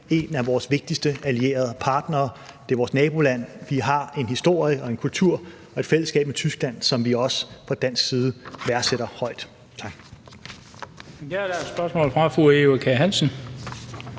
en af vores vigtigste allierede partnere. Det er vores naboland. Vi har en historie, en kultur og et fællesskab med Tyskland, som vi også fra dansk side værdsætter højt.